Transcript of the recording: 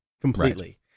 completely